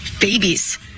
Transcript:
babies